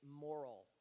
moral